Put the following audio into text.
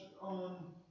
on